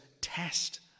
test